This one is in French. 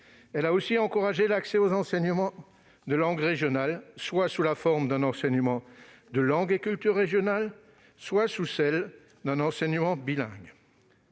Elle a aussi encouragé l'accès aux enseignements de langue régionale, soit sous la forme d'un enseignement de langue et de culture régionales, soit sous celle d'un enseignement bilingue.